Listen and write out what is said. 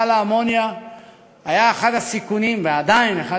מכל האמוניה היה אחד הסיכונים ועדיין הוא אחד